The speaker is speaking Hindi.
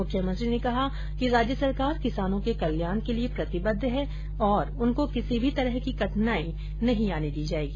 मुख्यमंत्री ने कहा कि राज्य सरकार किसानों के कल्याण के लिए प्रतिबद्ध है और उनको किसी भी तरह की कठिनाई नहीं आने दी जाएगी